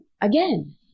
again